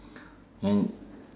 then